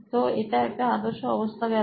তো এটা একটা আদর্শ অবস্থা হয়ে গেল